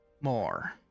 more